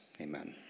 Amen